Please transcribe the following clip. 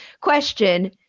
Question